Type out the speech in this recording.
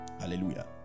hallelujah